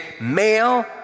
male